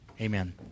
Amen